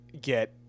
get